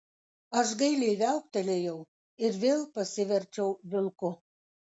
aš gailiai viauktelėjau ir vėl pasiverčiau vilku